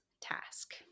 task